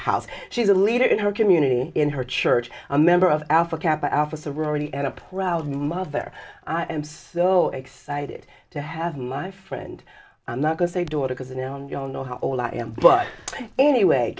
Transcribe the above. house she's a leader in her community in her church a member of alpha kappa alpha sorority and a proud mother i am so excited to have my friend i'm not going to say daughter because you know you don't know how old i am but anyway